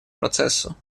процессу